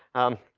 um,